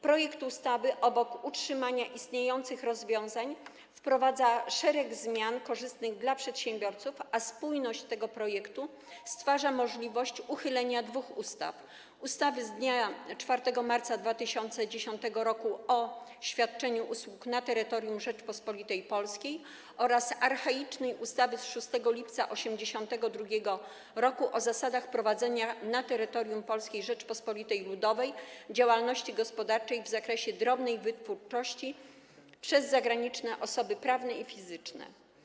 Projekt ustawy obok utrzymania istniejących rozwiązań wprowadza szereg zmian korzystnych dla przedsiębiorców, a spójność tego projektu stwarza możliwość uchylenia dwóch ustaw: ustawy z dnia 4 marca 2010 r. o świadczeniu usług na terytorium Rzeczypospolitej Polskiej oraz archaicznej ustawy z 6 lipca 1982 r. o zasadach prowadzenia na terytorium Polskiej Rzeczypospolitej Ludowej działalności gospodarczej w zakresie drobnej wytwórczości przez zagraniczne osoby prawne i fizyczne.